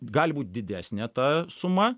gali būt didesnė ta suma